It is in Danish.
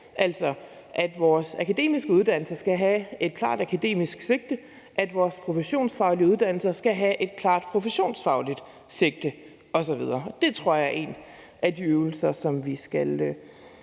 Altså, vores akademiske uddannelser skal have et klart akademisk sigte, og vores professionsfaglige uddannelser skal have et klart professionsfagligt sigte osv. Det tror jeg er en af de øvelser, som vi skal